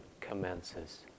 commences